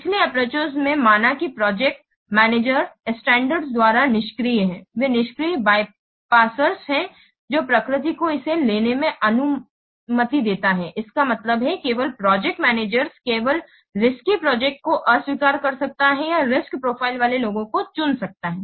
पिछले अप्प्रोचेस ने माना कि प्रोजेक्ट मैनेजर्स स्टैंडर्स द्वारा निष्क्रिय हैं वे निष्क्रिय बायपासर्स हैं जो प्रकृति को इसे लेने की अनुमति देते हैं इसका मतलब है केवल प्रोजेक्ट मैनेजर्स केवल रिस्की प्रोजेक्ट को अस्वीकार कर सकता है या रिस्क प्रोफाइल वाले लोगों को चुन सकता है